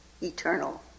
eternal